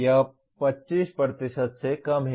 यह 25 से कम है